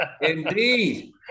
Indeed